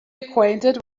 acquainted